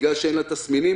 בגלל שאין לה תסמינים,